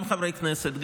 גם חברי כנסת,